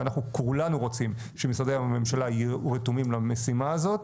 ואנחנו כולנו רוצים שמשרדי הממשלה יהיו רתומים למשימה הזאת.